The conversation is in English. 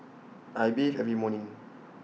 I bathe every morning